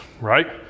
right